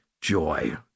joy